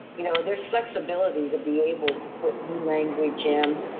you know there's flexibility to be able to put new language in.